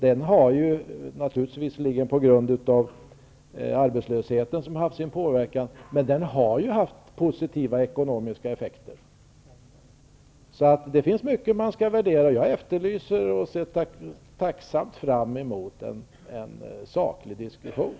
Det har naturligtvis -- visserligen på grund av arbetslösheten -- haft positiva ekonomiska effekter. Det är mycket som skall värderas. Jag efterlyser och ser fram mot en saklig diskussion.